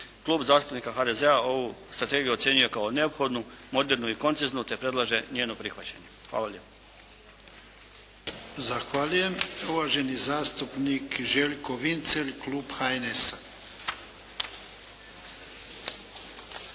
Klub zastupnika HDZ-a ovu strategiju ocjenjuje kao neophodnu, modernu i konciznu te predlaže njeno prihvaćanje. Hvala lijepa. **Jarnjak, Ivan (HDZ)** Zahvaljujem. Uvaženi zastupnik Željko Vincelj, Klub HNS-a.